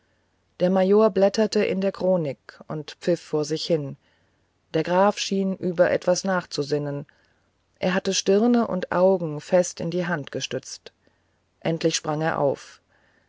der major blätterte in der chronik und pfiff vor sich hin der graf schien über etwas nachzusinnen er hatte stirne und augen fest in die hand gestützt endlich sprang er auf